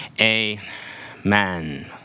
amen